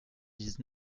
dix